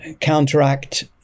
counteract